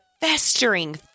festering